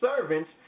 servants